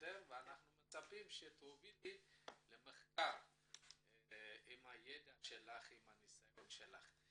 אנחנו מצפים שתובילי למחקר עם הידע והניסיון שלך.